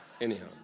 Anyhow